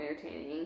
entertaining